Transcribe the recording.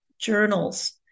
journals